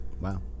wow